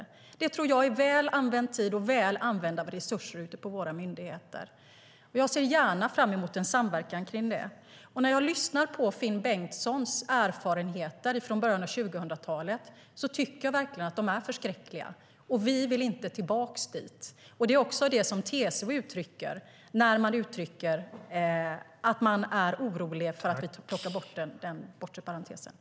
Jag tror att det är väl använd tid och väl använda resurser ute på våra myndigheter. Jag ser fram emot en samverkan om det.